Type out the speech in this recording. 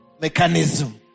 mechanism